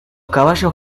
caballos